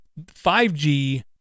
5g